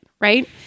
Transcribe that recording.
right